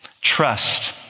trust